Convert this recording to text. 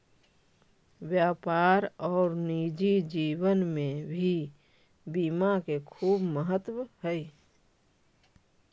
व्यापार और निजी जीवन में भी बीमा के खूब महत्व हई